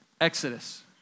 exodus